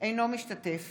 אינו משתתף